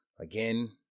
again